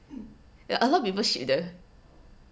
ya a lot of people ship them